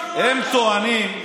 הם טוענים,